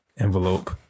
Envelope